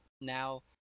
now